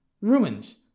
ruins